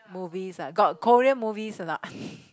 movies ah got Korean movies or not